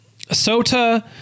Sota